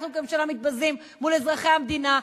אנחנו כממשלה מתבזים מול אזרחי המדינה.